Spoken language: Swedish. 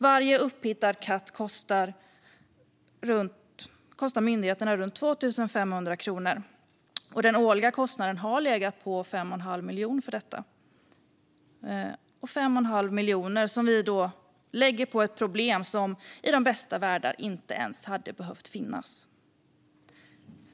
Varje upphittad katt kostar myndigheterna runt 2 500 kronor, och den årliga kostnaden för detta har legat på 5 1⁄2 miljon. Det är 5 1⁄2 miljon som vi lägger på ett problem som i de bästa av världar inte ens hade behövt finnas.